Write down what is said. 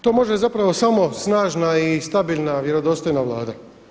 To može zapravo samo snažna i stabilna, vjerodostojna Vlada.